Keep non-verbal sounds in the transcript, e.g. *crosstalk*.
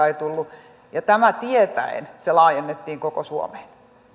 *unintelligible* ei tullut ja tämä tietäen se laajennettiin koko suomeen